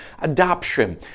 adoption